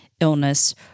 illness